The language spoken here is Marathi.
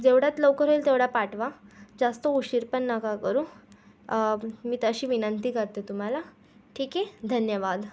जेवढ्यात लवकर होईल तेवढा पाठवा जास्त उशीर पण नका करू मी तशी विनंती करते तुम्हाला ठीक आहे धन्यवाद